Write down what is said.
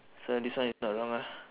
so this one is not wrong ah